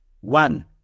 one